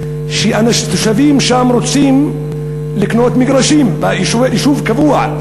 שהתושבים שם רוצים לקנות מגרשים ביישוב קבוע,